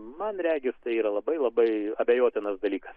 man regis tai yra labai labai abejotinas dalykas